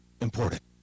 important